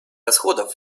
расходов